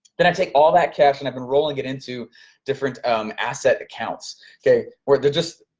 then i take all that cash, and i've been rolling it into different um asset accounts where they're just,